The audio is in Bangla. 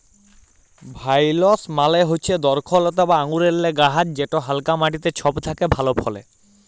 ভাইলস মালে হচ্যে দরখলতা বা আঙুরেল্লে গাহাচ যেট হালকা মাটিতে ছব থ্যাকে ভালো ফলে